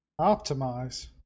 Optimize